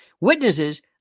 witnesses